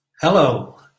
hello